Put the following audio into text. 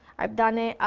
i've done it.